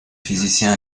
physicien